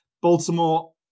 Baltimore